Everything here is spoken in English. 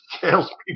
salespeople